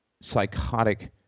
psychotic